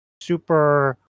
super